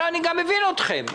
אני מבין אתכם,